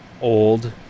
old